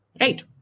right